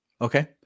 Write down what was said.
Okay